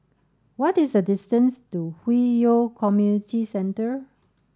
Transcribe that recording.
what is the distance to Hwi Yoh Community Centre